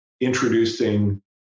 introducing